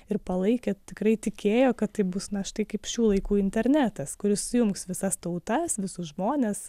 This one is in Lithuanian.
ir palaikė tikrai tikėjo kad tai bus na štai kaip šių laikų internetas kuris sujungs visas tautas visus žmones